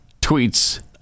tweets